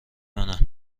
منن